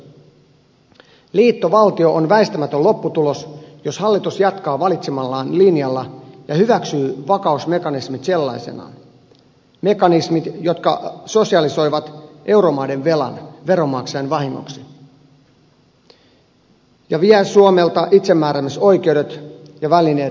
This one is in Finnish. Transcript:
liittovaltio on väistämätön lopputulos jos hallitus jatkaa valitsemallaan linjalla ja hyväksyy vakausmekanismit sellaisenaan mekanismit jotka sosialisoivat euromaiden velan veronmaksajan vahingoksi ja vievät suomelta itsemääräämisoikeudet ja välineet valvoa omaa etua